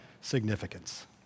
significance